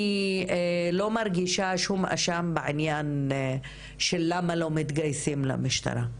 אני לא מרגישה שום אשם בעניין של למה לא מתגייסים למשטרה,